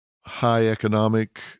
high-economic